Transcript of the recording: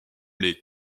les